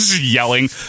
Yelling